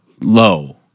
low